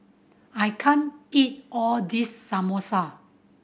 I can't eat all this Samosa